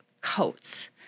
coats